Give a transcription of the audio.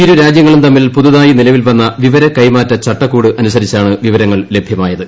ഇരു രാജ്യങ്ങളും തമ്മിൽ പുതുതായി നിലവിൽ വന്ന വിവര കൈമാറ്റ ചട്ടക്കൂട് അനുസരിച്ചാണ് വിവരങ്ങൾ ലഭ്യമായത്